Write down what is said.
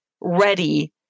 ready